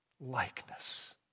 likeness